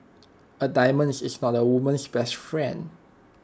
A diamonds is not A woman's best friend